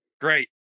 Great